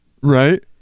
Right